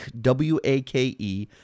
W-A-K-E